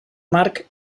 marc